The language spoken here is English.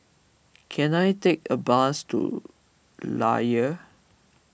can I take a bus to Layar